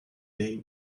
day